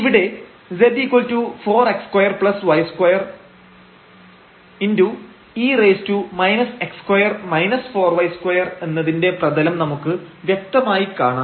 ഇവിടെ z4x2y2e എന്നതിന്റെ പ്രതലം നമുക്ക് വ്യക്തമായി കാണാം